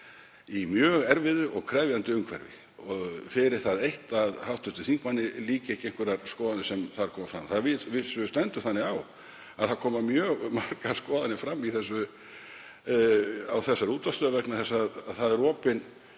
í mjög erfiðu og krefjandi umhverfi og fyrir það eitt að hv. þingmanni líki ekki einhverjar skoðanir sem þar koma fram. Það stendur að vísu þannig á að það koma mjög margar skoðanir fram á þessari útvarpsstöð vegna þess að það er opinn